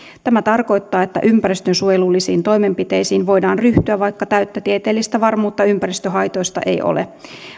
tämä tarkoittaa että ympäristönsuojelullisiin toimenpiteisiin voidaan ryhtyä vaikka täyttä tieteellistä varmuutta ympäristöhaitoista ei ole